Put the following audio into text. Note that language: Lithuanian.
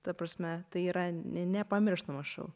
ta prasme tai yra nepamirštamas šou